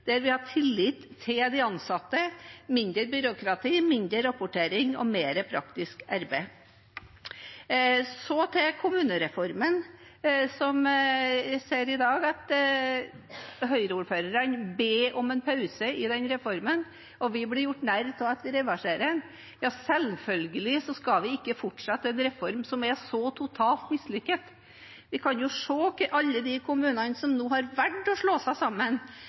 der vi har tillit til de ansatte, mindre byråkrati, mindre rapportering og mer praktisk arbeid. Så til kommunereformen – jeg ser i dag at Høyre-ordførerne ber om en pause i den reformen, og vi blir gjort narr av fordi vi reverserer. Selvfølgelig skal vi ikke fortsette en reform som er så totalt mislykket. Vi kan se på alle de kommunene som nå har valgt å slå seg sammen,